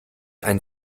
einen